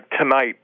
tonight